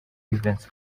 events